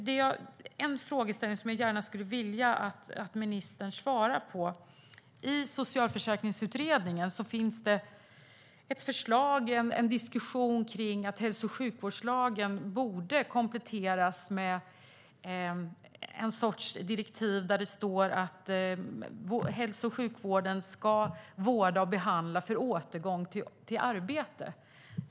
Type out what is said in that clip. Det är en frågeställning som jag gärna skulle vilja att ministern svarar på. I Socialförsäkringsutredningen finns det ett förslag och en diskussion kring att hälso och sjukvårdslagen borde kompletteras med en sorts direktiv där det står att hälso och sjukvården ska vårda och behandla för återgång till arbete.